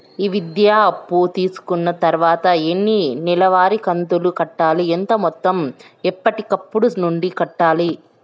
ఈ విద్యా అప్పు తీసుకున్న తర్వాత ఎన్ని నెలవారి కంతులు కట్టాలి? ఎంత మొత్తం ఎప్పటికప్పుడు నుండి కట్టాలి?